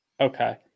okay